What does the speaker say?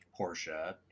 Porsche